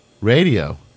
radio